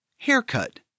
Haircut